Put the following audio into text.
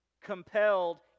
compelled